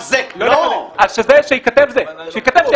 הוא רוכב -- תגיד, אתה עושה ממני צחוק?